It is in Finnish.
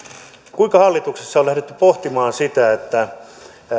kuinka hallituksessa on lähdetty pohtimaan sitä että